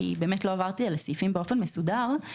כי באמת לא עברתי על הסעיפים באופן מסודר.